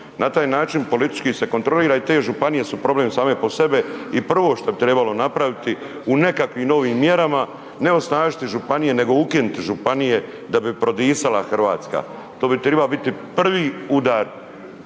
Na taj način politički se kontrolira i te županije su problem same po sebi i prvo što bi trebalo napraviti u nekakvim novim mjerama, ne osnažiti županije nego ukinuti županije da bi prodisala Hrvatska. To bi trebala biti prvi udar